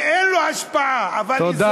שאין לו השפעה, תודה.